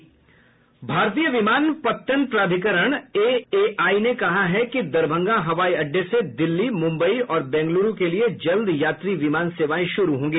भारतीय विमान पत्तन प्राधिकरण एएआई ने कहा है कि दरभंगा हवाई अड्डे से दिल्ली मुम्बई और बेंगलुरू के लिए जल्द यात्री विमान सेवाएं शुरू होंगी